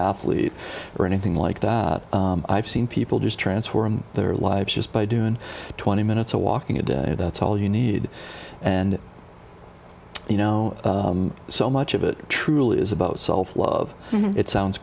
athlete or anything like that i've seen people just transform their lives just by doing twenty minutes of walking a day that's all you need and you know so much of it truly is about self love it sounds